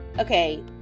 okay